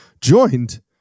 joined